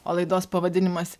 o laidos pavadinimas